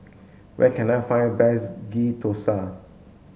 where can I find a best Ghee Thosai